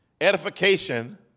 edification